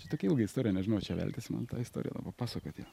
čia tokia ilga istorija nežinau ar čia veltis man į tą istoriją pasakot ją